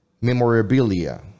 memorabilia